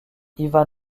ivan